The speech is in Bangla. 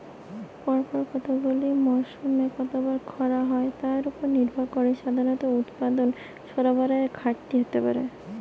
পরপর কতগুলি মরসুমে কতবার খরা হয় তার উপর নির্ভর করে সাধারণত উৎপাদন সরবরাহের ঘাটতি হতে পারে